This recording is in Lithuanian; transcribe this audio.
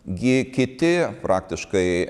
gi kiti praktiškai